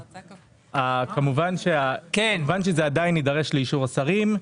כמובן שזה עדיין יידרש לאישור השרים,